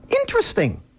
Interesting